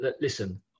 listen